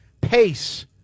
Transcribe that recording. pace